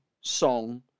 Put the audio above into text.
song